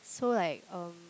so like um